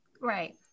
Right